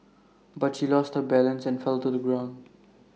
but she lost her balance and fell to the ground